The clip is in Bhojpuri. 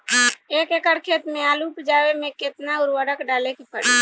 एक एकड़ खेत मे आलू उपजावे मे केतना उर्वरक डाले के पड़ी?